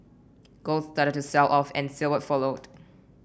gold started to sell off and silver followed